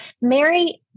Mary